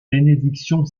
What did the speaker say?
bénédiction